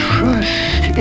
Trust